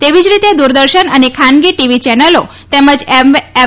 તેવી જ રીતે દૂરદર્શન અને ખાનગી ટીવી ચેનલો તેમજ એફ